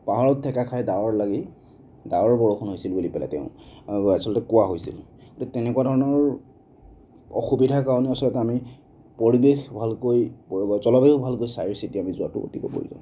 পাহাৰত ঠেকা খাই ডাৱৰত লাগি ডাৱৰ বৰষুণ হৈছিল বুলি পেলাই তেও আচলতে কোৱা হৈছিল তো তেনেকুৱা ধৰণৰ অসুবিধাৰ কাৰণে আচলতে আমি পৰিৱেশ ভালকৈ জলবায়ু ভালকৈ চাই চিতি আমি যোৱাটো অতিকৈ প্ৰয়োজন